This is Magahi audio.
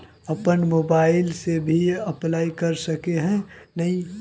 अपन मोबाईल से भी अप्लाई कर सके है नय?